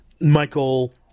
Michael